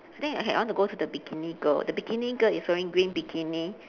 I think okay I want to go to the bikini girl the bikini girl is wearing green bikini